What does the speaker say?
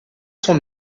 son